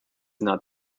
not